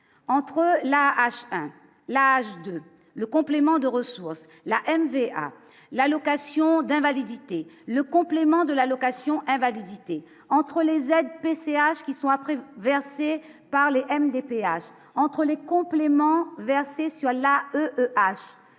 entre la hache, lâche le complément de ressources, la N-VA l'allocation d'invalidité, le complément de l'allocation invalidité entre les aides PCH qui soit versée par les MDPH entre les compléments versés sur la E